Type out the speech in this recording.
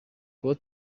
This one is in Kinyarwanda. kuba